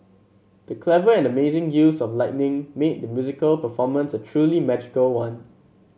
the clever and amazing use of lighting made the musical performance a truly magical one